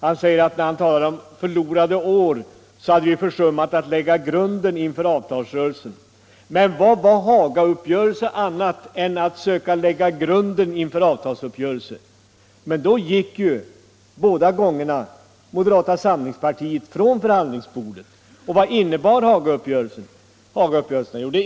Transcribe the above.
Han säger att hans tal om förlorade år innebar att man försummade att lägga grunden inför avtalsrörelsen. Vad var Hagauppgörelsen annat än ett försök att lägga grunden inför avtalsuppgörelsen? Men vid bägge Hagauppgörelserna gick moderata samlingspartiet bort från förhandlingsbordet. Vad innebar då Hagauppgörelserna?